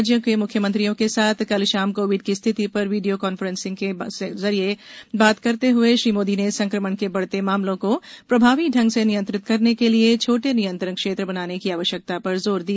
राज्यों के मुख्यमंत्रियों के साथ कल शाम कोविड की स्थिति पर वीडियो कॉन्फ्रेंसिंग से बातचीत करते हुए श्री मोदी ने संक्रमण के बढ़ते मामलों को प्रभावी ढंग से नियंत्रित करने के लिए छोटे नियंत्रण क्षेत्र बनाने की आवश्यकता पर जोर दिया